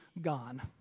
gone